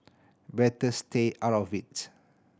better stay out of it